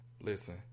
Listen